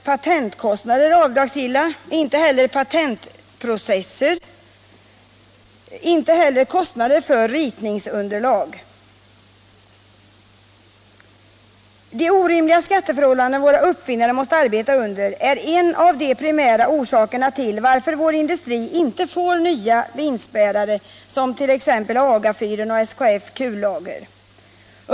Patentkostnader är inte avdragsgilla, inte heller kostnader för patentprocesser eller ritningsunderlag. De orimliga skatteförhållanden våra uppfinnare måste arbeta under är en av de primära orsakerna till att vår industri inte får nya vinstbärare som t.ex. AGA-fyren eller SKF kullager.